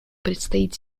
предстоит